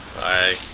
bye